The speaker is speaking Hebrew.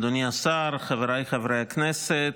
אדוני השר, חבריי חברי הכנסת,